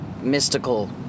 mystical